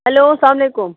hello اَلسلام علیکُم